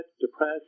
depressed